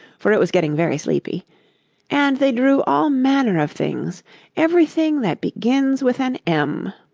for it was getting very sleepy and they drew all manner of things everything that begins with an m